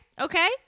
okay